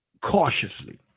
cautiously